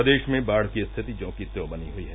प्रदेश में बाढ़ की स्थिति ज्यों कि त्यों बनी हुयी है